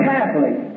Catholic